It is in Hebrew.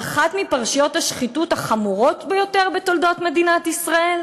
על אחת מפרשיות השחיתות החמורות ביותר בתולדות מדינת ישראל?